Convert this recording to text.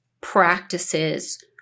practices